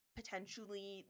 potentially